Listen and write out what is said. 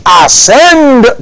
ascend